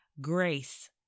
Grace